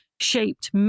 shaped